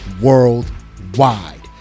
worldwide